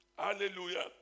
Hallelujah